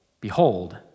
Behold